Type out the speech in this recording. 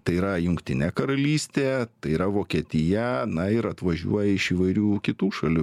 tai yra jungtinė karalystė tai yra vokietija na ir atvažiuoja iš įvairių kitų šalių